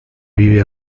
vive